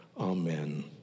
amen